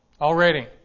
already